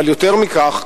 אבל יותר מכך,